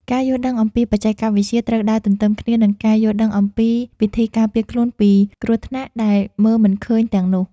ការយល់ដឹងអំពីបច្ចេកវិទ្យាត្រូវដើរទន្ទឹមគ្នានឹងការយល់ដឹងអំពីវិធីការពារខ្លួនពីគ្រោះថ្នាក់ដែលមើលមិនឃើញទាំងនោះ។